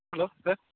hello sir